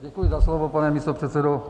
Děkuji za slovo, pane místopředsedo.